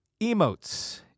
emotes